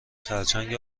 خرچنگ